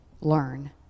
learn